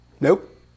Nope